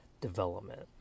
development